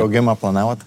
augimą planavot